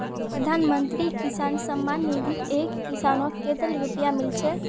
प्रधानमंत्री किसान सम्मान निधित एक किसानक कतेल रुपया मिल छेक